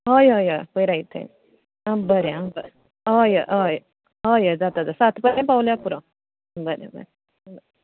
हय हय हय पयर आयिल्लो थंय आं बरें आं बरें हय हय हय हय हय जाता सात पर्यंत पावल्यार पुरो बरें बरें